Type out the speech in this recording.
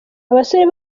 abasore